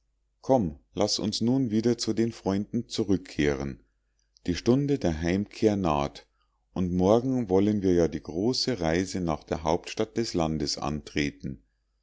komm laß uns nun wieder zu den freunden zurückkehren die stunde der heimkehr naht und morgen wollen wir ja die große reise nach der hauptstadt des landes antreten